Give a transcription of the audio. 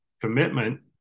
commitment